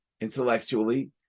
intellectually